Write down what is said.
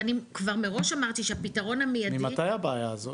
ואני כבר מראש אמרתי שהפתרון המיידי -- ממתי הבעיה הזאת?